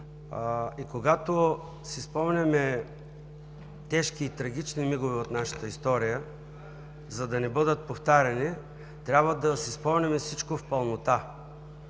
и когато си спомняме тежки и трагични мигове от нашата история, за да не бъдат повтаряни, трябва да си спомняме всичко в пълнота.